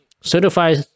Certified